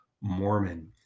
Mormon